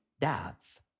dads